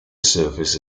surface